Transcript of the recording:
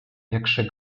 jakże